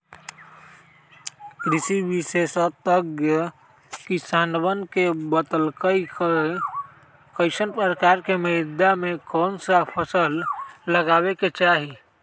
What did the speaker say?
कृषि विशेषज्ञ ने किसानवन के बतल कई कि कईसन प्रकार के मृदा में कौन सा फसल लगावे के चाहि